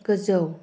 गोजौ